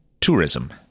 tourism